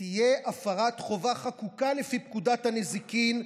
תהיה הפרת חובה חקוקה לפי פקודת הנזיקין,